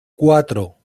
cuatro